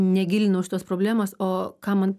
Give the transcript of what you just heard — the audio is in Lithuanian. negilinau aš šitos problemos o ką man